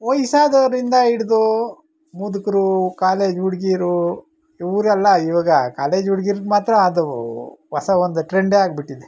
ವಯಸ್ಸಾದವರಿಂದ ಹಿಡ್ದು ಮುದುಕರು ಕಾಲೇಜ್ ಹುಡುಗೀರು ಇವರೆಲ್ಲ ಇವಾಗ ಕಾಲೇಜ್ ಹುಡ್ಗೀರಿಗೆ ಮಾತ್ರ ಅದು ಹೊಸ ಒಂದು ಟ್ರೆಂಡೆ ಆಗಿಬಿಟ್ಟಿದೆ